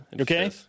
Okay